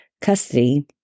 custody